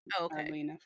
Okay